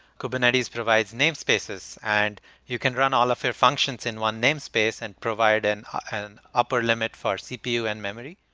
kubernetes provides name spaces, and you can run all of your functions in one namespace and provide and an upper limit for cpu and memory,